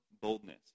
boldness